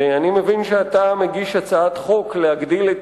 ואני מבין שאתה מגיש הצעת חוק להגדיל את